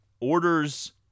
orders